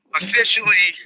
officially